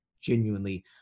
genuinely